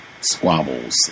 squabbles